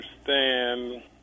understand